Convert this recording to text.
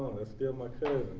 that's still my